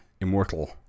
Immortal